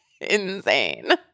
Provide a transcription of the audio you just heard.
insane